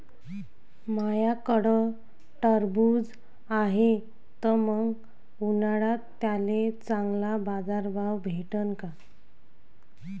माह्याकडं टरबूज हाये त मंग उन्हाळ्यात त्याले चांगला बाजार भाव भेटन का?